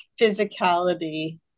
physicality